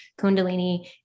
Kundalini